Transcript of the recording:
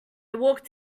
walked